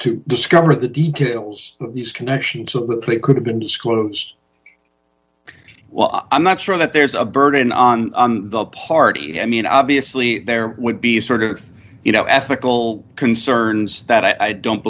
to discover the details of these connections so that they could have been disclosed well i'm not sure that there's a burden on the party mean obviously there would be sort of you know ethical concerns that i don't